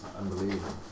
unbelievable